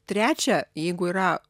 trečia jeigu yra